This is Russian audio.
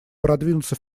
продвинуться